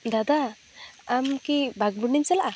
ᱫᱟᱫᱟ ᱟᱢ ᱠᱤ ᱵᱟᱜᱽᱢᱩᱱᱰᱤᱢ ᱪᱟᱞᱟᱜᱼᱟ